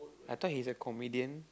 I thought he's a comedian